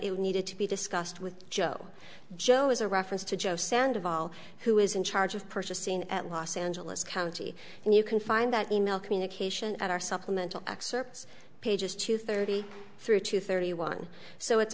it needed to be discussed with joe joe is a reference to joe sand of all who is in charge of purchasing at los angeles county and you can find that email communication at our supplemental excerpts pages two thirty through two thirty one so it's